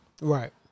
Right